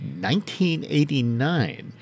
1989